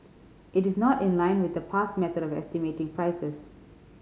it is not in line with the past method of estimating prices